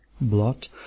Blot